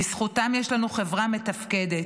בזכותם יש לנו חברה מתפקדת,